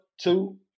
two